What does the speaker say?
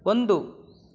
ಒಂದು